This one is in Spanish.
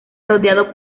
rodeado